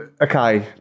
okay